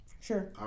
Sure